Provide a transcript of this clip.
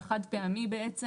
החד פעמי בעצם.